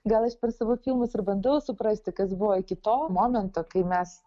gal aš per savo filmus ir bandau suprasti kas buvo iki to momento kai mes